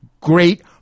Great